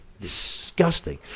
disgusting